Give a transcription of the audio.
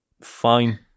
fine